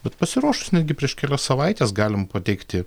bet pasiruošus netgi prieš kelias savaites galim pateikti